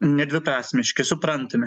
nedviprasmiški suprantami